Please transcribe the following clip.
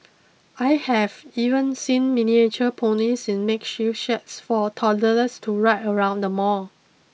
I have even seen miniature ponies in makeshift sheds for toddlers to ride around the mall